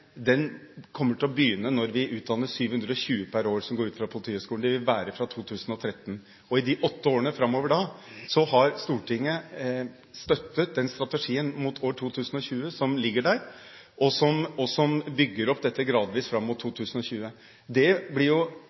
kommer til å begynne når vi utdanner 720 per år – som går ut fra Politihøgskolen. Det vil være fra 2013. I de neste åtte årene har Stortinget støttet den strategien mot 2020 som ligger der, og som bygger opp dette gradvis fram mot 2020. Det blir jo